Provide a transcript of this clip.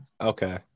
okay